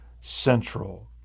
Central